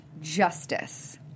justice